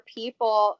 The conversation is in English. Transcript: people